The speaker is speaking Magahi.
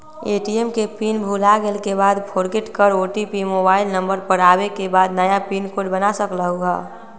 ए.टी.एम के पिन भुलागेल के बाद फोरगेट कर ओ.टी.पी मोबाइल नंबर पर आवे के बाद नया पिन कोड बना सकलहु ह?